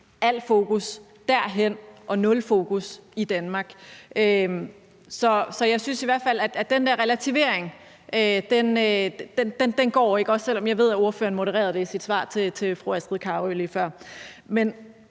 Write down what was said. Alt fokus derhen og nul fokus i Danmark. Så jeg synes i hvert fald ikke, at den relativering går, også selv om jeg ved, at ordføreren modererede det i sit svar til fru Astrid Carøe lige før. Men